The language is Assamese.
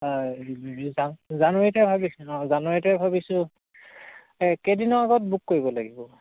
জানুৱাৰীতে ভাবিছোঁ ন জানুৱাৰীতে ভাবিছোঁ এই কেইদিনৰ আগত বুক কৰিব লাগিব